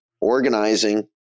organizing